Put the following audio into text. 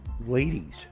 ladies